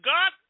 God